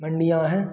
मंडियाँ हैं